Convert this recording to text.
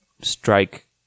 strike